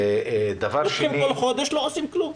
מקבלים בכל חודש ולא עושים כלום.